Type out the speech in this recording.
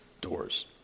doors